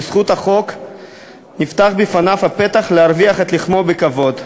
בזכות החוק נפתח בפניו הפתח להרוויח את לחמו בכבוד.